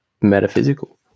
metaphysical